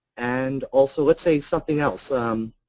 and also let's say something else.